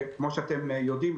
כפי שאתם יודעים,